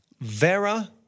Vera